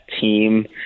team